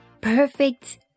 perfect